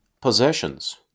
Possessions